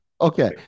Okay